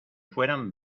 fueran